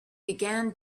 began